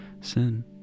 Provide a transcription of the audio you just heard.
sin